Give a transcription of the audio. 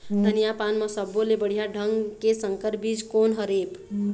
धनिया पान म सब्बो ले बढ़िया ढंग के संकर बीज कोन हर ऐप?